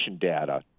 data